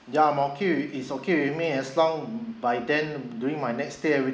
ya i'm okay with it it's okay with me as long by then during my next stay ever